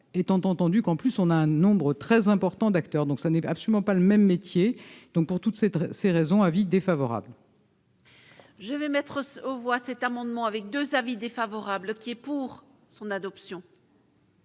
étant entendu qu'en plus on a un nombre très important d'acteurs, donc ça n'est absolument pas le même métier, donc pour toutes ces tous ces raisons avis défavorable. Je vais mettre aux voix cet amendement avec 2 avis défavorables qui est pour son adoption.